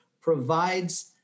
provides